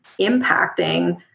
impacting